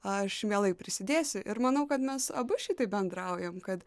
aš mielai prisidėsiu ir manau kad mes abu šitaip bendraujam kad